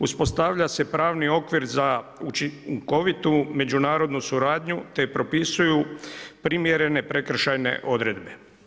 Uspostavlja se pravni okvir za učinkovitu međunarodnu suradnju te propisuju primjerene prekršajne odredbe.